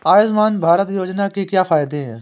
आयुष्मान भारत योजना के क्या फायदे हैं?